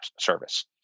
service